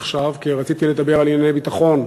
עכשיו כי רציתי לדבר על ענייני ביטחון,